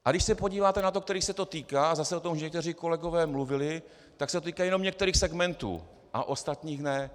A když se podíváte na to, kterých se to týká, a zase o tom už někteří kolegové mluvili, tak se to týká jenom některých segmentů a ostatních ne.